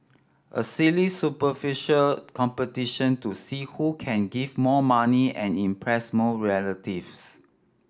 a silly superficial competition to see who can give more money and impress more relatives